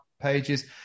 pages